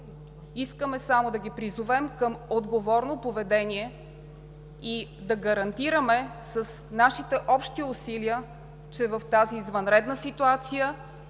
Искаме само да ги призовем към отговорно поведение и да гарантираме с нашите общи усилия, че в тази извънредна ситуация